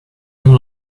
and